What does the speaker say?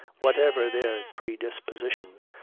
whatever their predispositions,